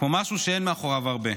כמו משהו שאין מאחוריו הרבה,